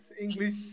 English